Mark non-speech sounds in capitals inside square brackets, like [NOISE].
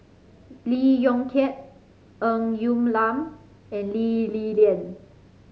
Lee Yong Kiat Ng [UNINTELLIGIBLE] Lam and Lee Li Lian